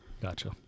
Gotcha